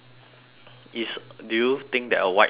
is do you think that a white lie is wrong